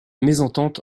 mésentente